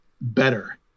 better